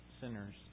sinners